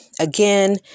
again